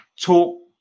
talk